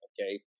Okay